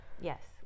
yes